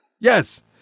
Yes